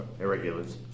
Irregulars